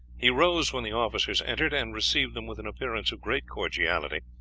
he rose when the officers entered, and received them with an appearance of great cordiality,